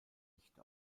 licht